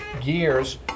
gears